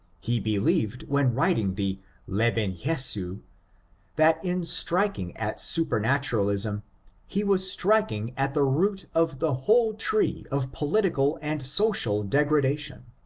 he believed when writing the leben jesu that in striking at supematuralism he was striking at the root of the whole tree of political and social degradation.